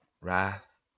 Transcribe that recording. wrath